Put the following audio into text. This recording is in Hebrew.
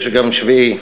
יש גם שביעי,